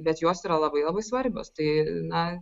bet jos yra labai labai svarbios tai na